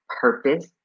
purpose